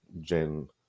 gen